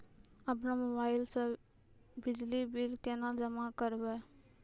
अपनो मोबाइल से बिजली बिल केना जमा करभै?